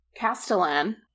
Castellan